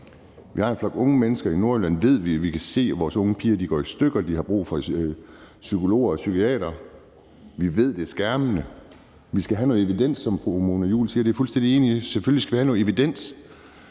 vi har en flok unge mennesker i Nordjylland, og vi kan se, at vores unge piger går i stykker og de har brug for psykologer og psykiatere. Vi ved, det skyldes skærmene, men vi skal have noget evidens, som fru Mona Juul siger, og det er jeg fuldstændig enig i. Selvfølgelig skal vi have noget evidens,